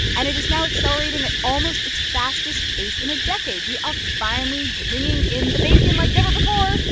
and it is now accelerating at almost its fastest pace in a decade. we are finally bringing in the bacon like never before.